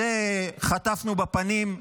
את זה חטפנו בפנים.